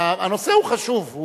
הנושא הוא חשוב,